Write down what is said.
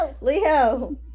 Leo